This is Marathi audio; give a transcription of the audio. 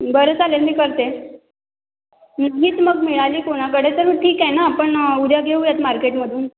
बरं चालेल मी करते मीच मग मिळाली कोणाकडे तर ठीक आहे ना आपण उद्या घेऊयात मार्केटमधून